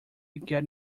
get